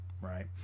right